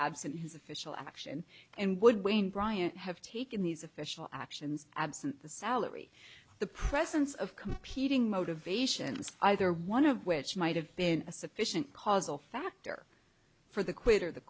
his official action and would wayne bryant have taken these official actions absent the salary the presence of competing motivations either one of which might have been a sufficient causal factor for the quitter the